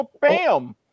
bam